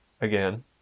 again